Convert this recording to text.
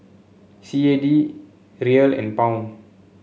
C A D Riel and Pound